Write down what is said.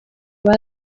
bari